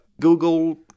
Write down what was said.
Google